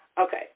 Okay